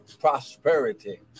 prosperity